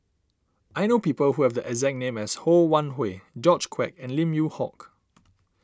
I know people who have the exact name as Ho Wan Hui George Quek and Lim Yew Hock